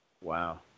Wow